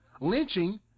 lynching